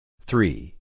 Three